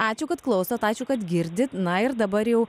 ačiū kad klausot ačiū kad girdit na ir dabar jau